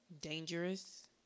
dangerous